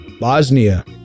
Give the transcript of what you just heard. Bosnia